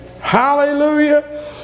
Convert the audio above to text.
hallelujah